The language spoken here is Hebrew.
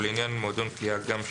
ולעניין מועדון קליעה - גם שוטר: